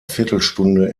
viertelstunde